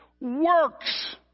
works